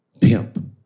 Pimp